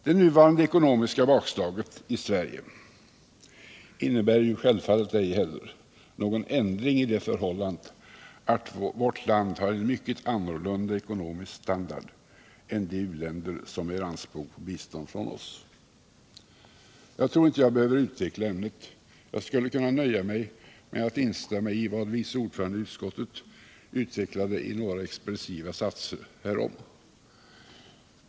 Det nuvarande ekonomiska bakslaget i Sverige innebär självfallet ej heller någon ändring i det förhållandet att vårt land har en mycket annorlunda ekonomisk standard än de u-länder som gör anspråk på bistånd från oss. Jag tror inte jag behöver utveckla ämnet. Jag skulle kunna nöja mig med att instämma i vad utskottets vice ordförande utvecklade i några expressiva satser härom.